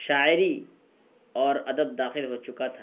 شاعری اور ادب داخل ہو چکا تھا